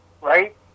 right